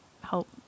help